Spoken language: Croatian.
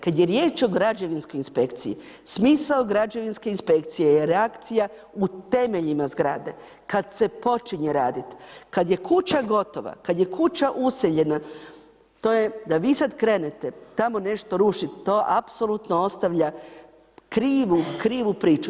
Kad je riječ o građevinskoj inspekciji, smisao građevinske inspekcije je reakcija u temeljima zgrade, kad se počinje radit, kad je kuća gotova, kad je kuća useljena to je, da vi sad krenete tamo nešto rušit, to apsolutno ostavlja krivu priču.